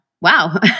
wow